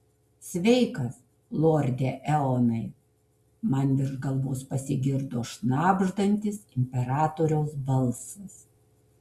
sveikas lorde eonai man virš galvos pasigirdo šnabždantis imperatoriaus balsas